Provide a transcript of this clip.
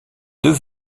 deux